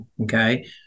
okay